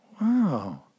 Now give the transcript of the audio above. Wow